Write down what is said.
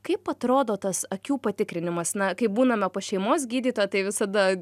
kaip atrodo tas akių patikrinimas na kai būname pas šeimos gydytoją tai visada